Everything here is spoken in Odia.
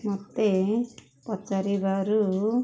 ମୋତେ ପଚାରିବାରୁ